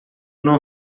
não